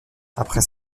après